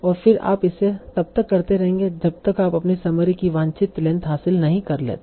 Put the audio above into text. और फिर आप इसे तब तक करते रहेंगे जब तक आप अपने समरी की वांछित लेंथ हासिल नहीं कर लेते